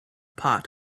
pot